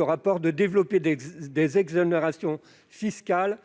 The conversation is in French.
rapport préconisait de développer des exonérations fiscales